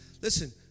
listen